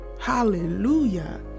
hallelujah